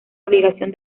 obligación